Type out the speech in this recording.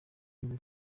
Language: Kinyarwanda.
mwiza